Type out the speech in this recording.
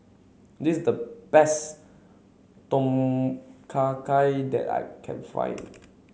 this is the best Tom Kha Gai that I can find